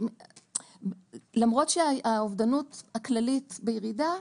למרות שאובדנות הכללית בירידה,